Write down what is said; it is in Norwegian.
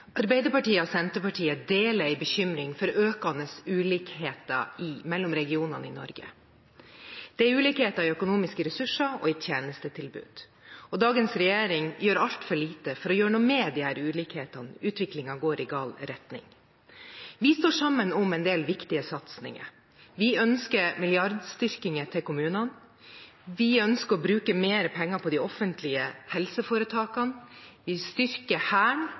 Arbeiderpartiet og Senterpartiet deler en bekymring for økende ulikheter mellom regionene i Norge. Det er ulikheter i økonomiske ressurser og i tjenestetilbud. Dagens regjering gjør altfor lite for å gjøre noe med disse ulikhetene – utviklingen går i gal retning. Vi står sammen om en del viktige satsinger: Vi ønsker milliardstyrkinger til kommunene, vi ønsker å bruke mer penger på de offentlige helseforetakene, vi styrker Hæren